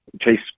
chase